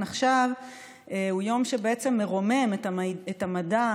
עכשיו הוא יום שבעצם מרומם את המדע,